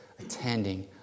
attending